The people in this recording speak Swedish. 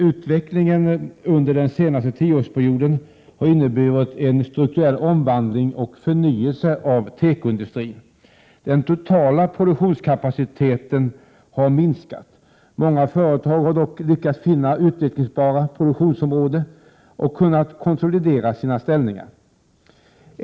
Utvecklingen under den senaste tioårsperioden har inneburit en strukturell omvandling och förnyelse av tekoindustrin. Den totala produktionskapaciteten har minskat. Många företag har dock lyckats finna utvecklingsbara produktionsområden och kunnat konsolidera sin ställning.